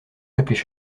l’appeler